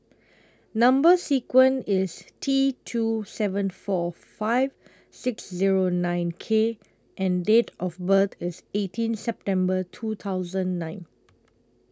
Number sequence IS T two seven four five six Zero nine K and Date of birth IS eighteen September two thousand nine